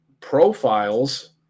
profiles